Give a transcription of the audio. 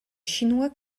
chinois